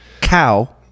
Cow